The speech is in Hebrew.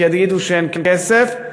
כי יגידו שאין כסף,